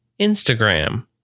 instagram